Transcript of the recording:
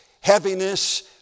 heaviness